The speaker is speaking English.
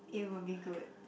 it will be good